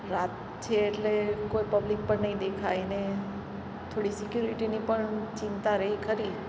રાત છે એટલે કોઈ પબ્લિક પણ નહીં દેખાય ને થોડી સિક્યૉરિટીની પણ ચિંતા રહે ખરી